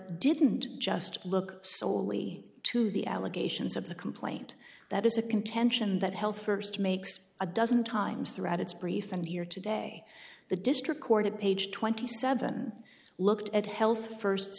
didn't just look slowly to the allegations of the complaint that is a contention that health first makes a dozen times throughout its brief and here today the district court at page twenty seven looked at health first